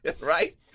right